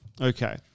Okay